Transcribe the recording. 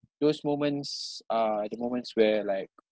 those moments are the moments where like